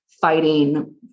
fighting